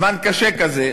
זמן קשה כזה,